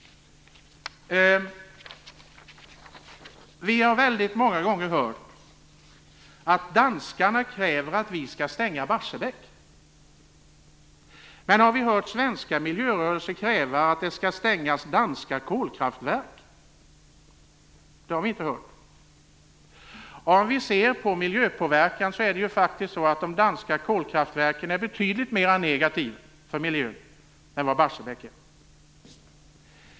Vi har många gånger hört att danskarna kräver att vi skall stänga Barsebäck. Men har vi hört den svenska miljörörelsen kräva att det skall stängas danska kolkraftverk? Det har vi inte hört. Om vi ser till miljöpåverkan är faktiskt de danska kolkraftverken betydligt mer negativa för miljön än vad Barsebäck är.